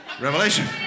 Revelation